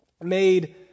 made